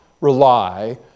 rely